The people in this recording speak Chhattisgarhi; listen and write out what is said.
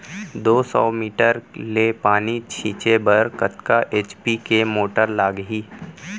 दो सौ मीटर ले पानी छिंचे बर कतका एच.पी के मोटर लागही?